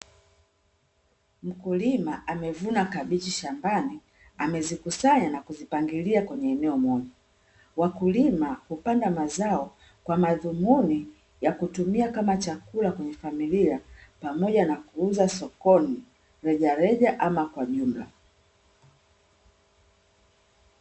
Mkulima amevuna kabichi shambani, amezikusanya na kuzipangilia kwenye eneo moja. Wakulima hupanda mazao kwa madhumuni ya kutumia kama chakula kwenye familia, pamoja na kuuza sokoni rejareja ama kwa jumla.